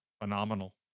phenomenal